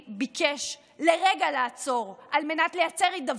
ביקש לעצור לרגע על מנת לייצר הידברות,